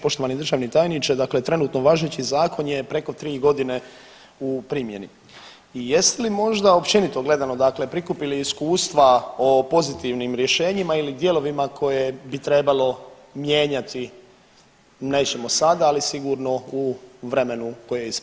Poštovani državni tajniče, dakle trenutno važeći zakon je preko 3.g. u primjeni i jeste li možda općenito gledano dakle prikupili iskustva o pozitivnim rješenjima ili dijelovima koje bi trebalo mijenjati, nećemo sada, ali sigurno u vremenu koje je ispred nas?